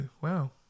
wow